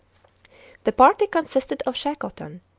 the party consisted of shackleton,